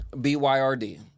B-Y-R-D